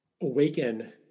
awaken